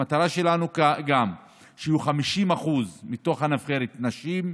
המטרה שלנו גם ש-50% מתוך הנבחרת יהיו נשים,